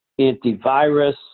antivirus